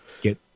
get